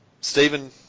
Stephen